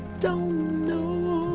don't know